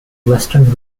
western